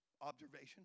observation